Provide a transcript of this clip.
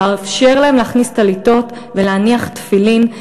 לאפשר להן להכניס טליתות ולהניח תפילין,